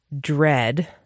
dread